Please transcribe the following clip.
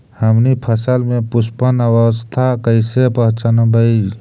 हमनी फसल में पुष्पन अवस्था कईसे पहचनबई?